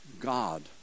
God